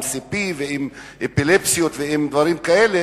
עם CP ועם אפילפסיה ודברים אחרים,